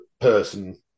person